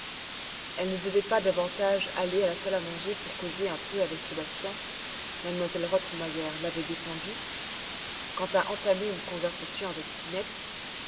elle ne devait pas davantage aller à la salle à manger pour causer un peu avec sébastien m elle rottenmeier l'avait défendu quant à entamer une conversation avec tinette